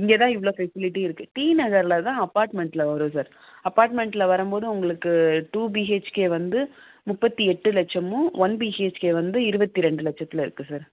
இங்கே தான் இவ்வளோ ஃபெசிலிட்டி இருக்குது டிநகரில் தான் அப்பார்ட்மெண்ட்டில் வரும் சார் அப்பார்ட்மெண்ட்டில் வரும்போது உங்களுக்கு டூ பிஹெச்கே வந்து முப்பத்து எட்டு லட்சமும் ஒன் பிஹெச்கே வந்து இருபத்தி ரெண்டு லட்சத்தில் இருக்குது சார்